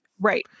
Right